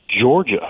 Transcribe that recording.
Georgia